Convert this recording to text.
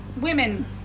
women